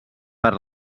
per